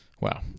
Wow